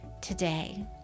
today